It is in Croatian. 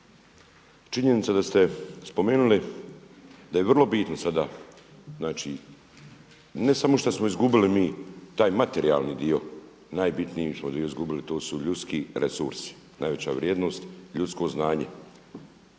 Činjenica da ste spomenuli, da je vrlo bitno sada znači ne samo što smo izgubili mi taj materijalni dio, najbitniji smo dio izgubili to su ljudski resursi, najveća vrijednost ljudsko znanje.